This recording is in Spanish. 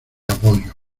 apoyo